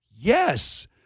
Yes